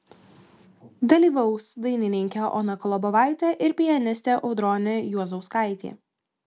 dalyvaus dainininkė ona kolobovaitė ir pianistė audronė juozauskaitė